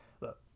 look